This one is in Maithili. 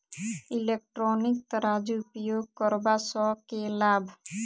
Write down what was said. इलेक्ट्रॉनिक तराजू उपयोग करबा सऽ केँ लाभ?